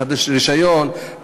לחדש רישיון,